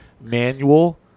manual